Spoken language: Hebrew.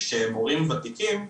שמורים ותיקים,